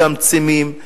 מצמצמים.